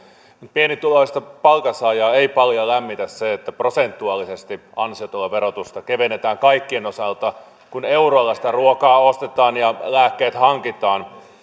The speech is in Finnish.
pienituloista palkansaajaa ei paljoa lämmitä se että prosentuaalisesti ansiotuloverotusta kevennetään kaikkien osalta kun euroilla sitä ruokaa ostetaan ja lääkkeet hankitaan